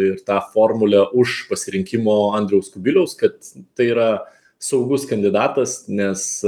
ir tą formulę už pasirinkimo andriaus kubiliaus kad tai yra saugus kandidatas nes